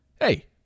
hey